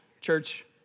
church